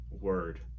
word